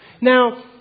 Now